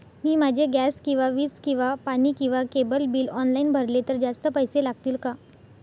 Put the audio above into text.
मी माझे गॅस किंवा वीज किंवा पाणी किंवा केबल बिल ऑनलाईन भरले तर जास्त पैसे लागतील का?